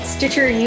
Stitcher